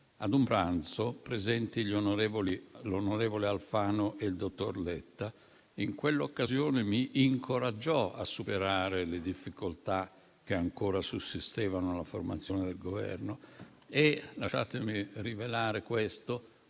a un pranzo, alla presenza dell'onorevole Alfano e del dottor Letta. In quell'occasione mi incoraggiò a superare le difficoltà che ancora sussistevano alla formazione del Governo e - lasciatemi rivelare questo